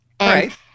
Right